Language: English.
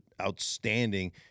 outstanding